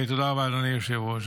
תודה רבה, אדוני היושב-ראש.